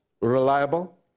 reliable